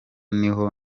niho